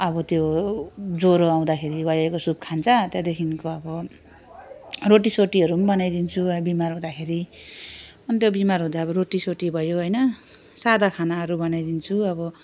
अब त्यो ज्वरो आउँदाखेरि वाइवाईको सुप खान्छ त्यहाँदेखिको अब रोटी सोटीहरू पनि बनाइदिन्छु अब बिमार हुँदाखेरि अनि त्यो बिमार हुँदा अब रोटी सोटी भयो होइन सादा खानाहरू बनाइदिन्छु अब